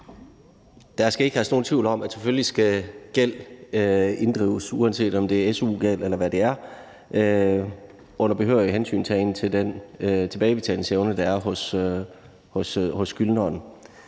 Der skal ikke herske nogen tvivl om, at gæld selvfølgelig skal inddrives, uanset om det er su-gæld, eller hvad det er, under behørig hensyntagen til den tilbagebetalingsevne, der er hos skyldneren.